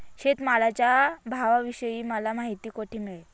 शेतमालाच्या भावाविषयी मला माहिती कोठे मिळेल?